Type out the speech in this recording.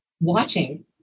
watching